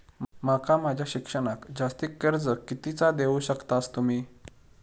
माका माझा शिक्षणाक जास्ती कर्ज कितीचा देऊ शकतास तुम्ही?